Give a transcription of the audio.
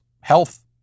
health